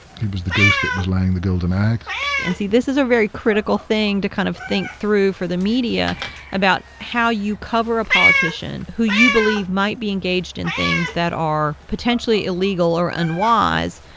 he was the goose that was laying the golden eggs and, see, this is a very critical thing to kind of think through for the media about how you cover a politician who you believe might be engaged in things that are potentially illegal or unwise.